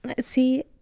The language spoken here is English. see